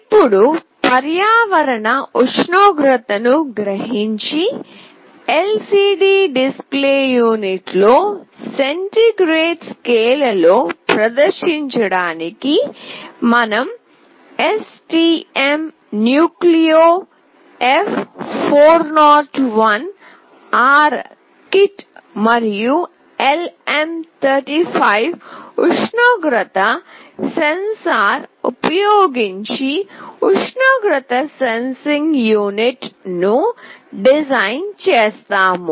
ఇప్పుడు పర్యావరణ ఉష్ణోగ్రతను గ్రహించి ఎల్సిడి డిస్ప్లే యూనిట్ లో సెంటీగ్రేడ్ స్కేల్లో ప్రదర్శించడానికి మనం STM nucleo F 401 R kit మరియు LM 35 ఉష్ణోగ్రత సెన్సార్ ఉపయోగించి ఉష్ణోగ్రత సెన్సింగ్ యూనిట్ ను డిజైన్ చేస్తాము